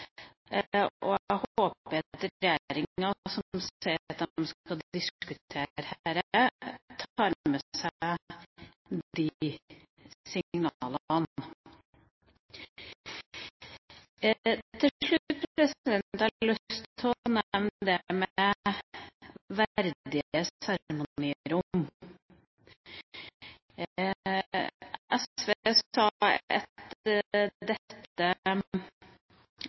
og jeg håper at regjeringa, som sier at den skal diskutere dette, tar med seg de signalene. Til slutt: Jeg har lyst til å nevne det med verdige seremonirom. SV sa at dette